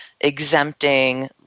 exempting